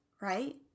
right